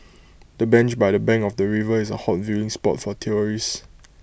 the bench by the bank of the river is A hot viewing spot for tourists